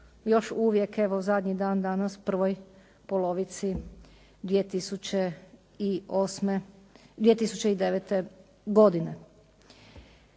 još uvijek evo zadnji dan danas u prvoj polovici 2009. godine.